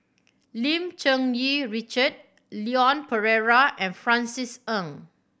Lim Cherng Yih Richard Leon Perera and Francis Ng